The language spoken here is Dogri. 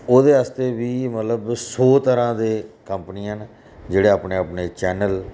ते ओह्दे आस्तै बी मतलब सौ तरह दियां कम्पनियां न जेह्ड़े अपने अपने चैनल